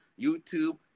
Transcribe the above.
YouTube